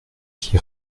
qui